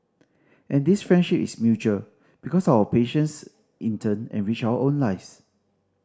and this friendship is mutual because our patients in turn enrich our own lives